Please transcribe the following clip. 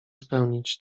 spełnić